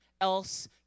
else